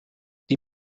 die